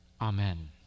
amen